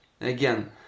again